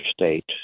state